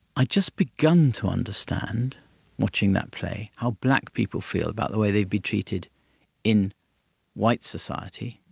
i'd just begun to understand watching that play how black people feel about the way they've been treated in white society,